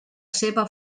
seva